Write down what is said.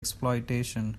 exploitation